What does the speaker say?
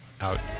Out